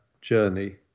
journey